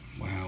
wow